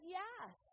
yes